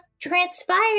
transpired